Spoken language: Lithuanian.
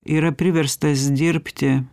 yra priverstas dirbti